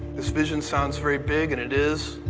this vision sounds very big, and it is.